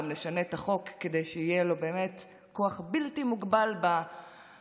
גם נשנה את החוק כדי שיהיה לו כוח בלתי מוגבל במשטרה,